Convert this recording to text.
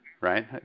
Right